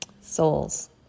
souls